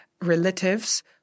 relatives